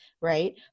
right